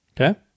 Okay